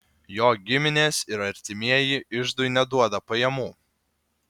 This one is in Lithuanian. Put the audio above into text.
jo giminės ir artimieji iždui neduoda pajamų